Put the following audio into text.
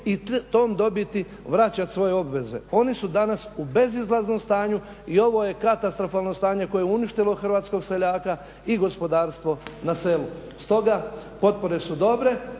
i tom dobiti vraćati svoje obveze. Oni su danas u bezizlaznom stanju i ovo je katastrofalno stanje koje je uništilo hrvatskog seljaka i gospodarstvo na selu, stoga potpore su dobre,